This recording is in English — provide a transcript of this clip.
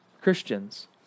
Christians